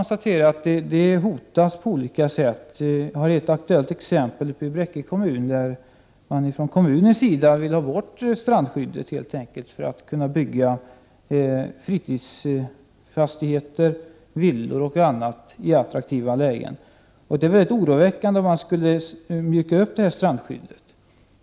Strandskyddet hotas på olika sätt. Jag har ett aktuellt exempel i Bräcke kommun, där kommunen helt enkelt vill ha bort strandskyddet för att kunna bygga fritidsfastigheter, villor och annat i attraktiva lägen. Det är oroväckande om man skulle mjuka upp strandskyddet.